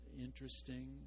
interesting